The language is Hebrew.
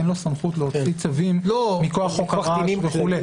אין לו סמכות להוציא צווים מכוח חוק הרעש וכו'.